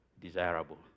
desirable